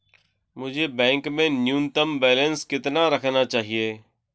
मुझे बैंक में न्यूनतम बैलेंस कितना रखना चाहिए?